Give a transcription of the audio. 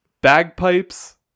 Bagpipes